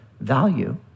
value